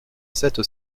cette